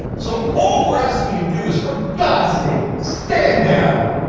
so all we're asking you know is for god's sake, stand down.